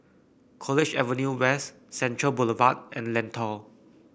College Avenue West Central Boulevard and Lentor